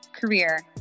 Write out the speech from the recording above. career